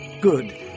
Good